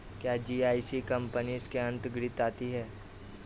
क्या GIC company इसके अन्तर्गत आती है?